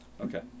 Okay